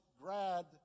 grad